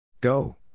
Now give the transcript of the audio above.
Go